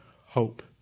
hope